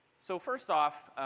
so first off,